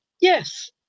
Yes